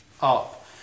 up